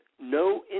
no